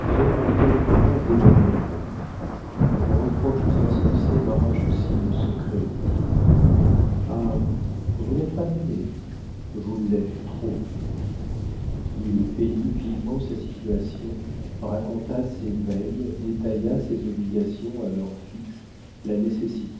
en quelques mois dévoré la mienne vos reproches insensés m'arrachent aussi mon secret dit-il ah vous n'êtes pas aimée vous l'êtes trop il peignit vivement sa situation raconta ses veilles détailla ses obligations à heure fixe la nécessité